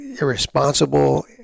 irresponsible